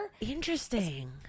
Interesting